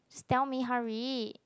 tell me hurry